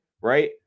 Right